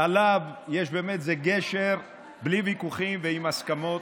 עליו באמת יש גשר, בלי ויכוחים ועם הסכמות,